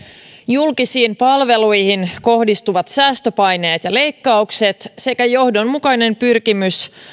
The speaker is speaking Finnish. julkisiin palveluihin kohdistuvat säästöpaineet ja leikkaukset sekä johdonmukainen pyrkimys